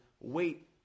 wait